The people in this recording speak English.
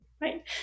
Right